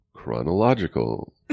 Chronological